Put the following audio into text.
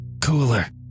cooler